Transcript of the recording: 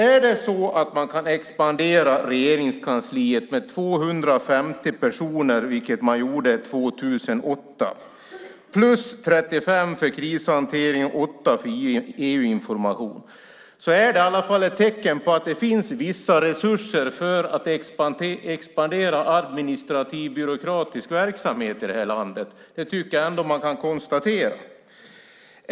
Är det så att man kan expandera Regeringskansliet med 250 personer, vilket man gjorde 2008, öka krishanteringen med 35 personer och tillsätta 8 för EU-information är det i alla fall ett tecken på att det finns vissa resurser för att expandera administrativ byråkratisk verksamhet i det här landet. Det tycker jag ändå att man kan konstatera.